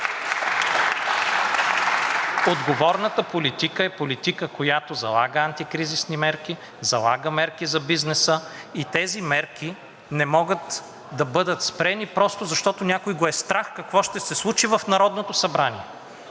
Отговорната политика е политика, която залага антикризисни мерки, залага мерки за бизнеса и тези мерки не могат да бъдат спрени просто защото някой го е страх какво ще се случи в Народното събрание.